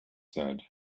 said